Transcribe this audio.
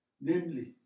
namely